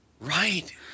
Right